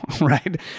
right